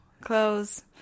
clothes